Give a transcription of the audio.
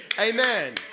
Amen